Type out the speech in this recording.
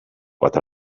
what